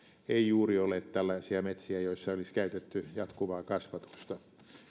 ei juuri ole tällaisia metsiä joissa olisi käytetty jatkuvaa kasvatusta